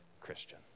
Christian